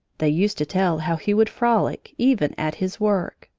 they used to tell how he would frolic, even at his work.